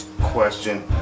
Question